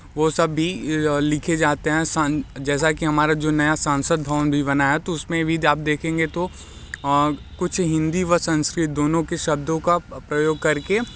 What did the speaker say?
वो सब भी लिखे जाते हैं सां जैसा कि हमारा जो नया सांसद भवन भी बनाया तो उसमें भी आप देखेंगे तो कुछ हिंदी व संस्कृत दोनों के शब्दों का प्रयोग करके